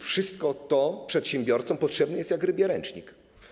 Wszystko to przedsiębiorcom potrzebne jest jak rybie ręcznik.